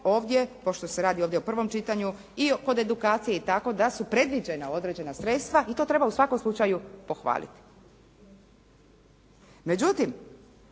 ovdje, pošto se radi ovdje o prvom čitanju i po edukaciji tako da su predviđena određena sredstva i to treba u svakom slučaju pohvaliti.